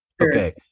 Okay